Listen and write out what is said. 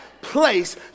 place